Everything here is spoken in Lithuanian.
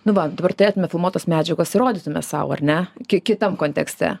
nu va dabar turtėtume filmuotos medžiagos ir rodytume sau ar ne kitam kontekste